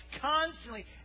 constantly